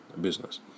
business